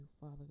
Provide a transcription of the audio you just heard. Father